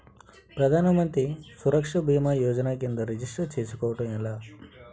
ప్రధాన మంత్రి సురక్ష భీమా యోజన కిందా రిజిస్టర్ చేసుకోవటం ఎలా?